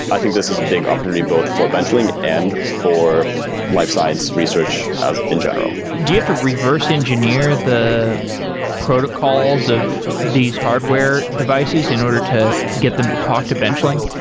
i think this is big opportunity both for benchling and for life science research in general do you have to reverse engineer the protocols of these hardware devices in order to get them to talk to benchling?